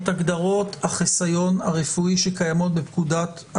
יבוא: "(א1)על אף האמור בסעיף קטן (א),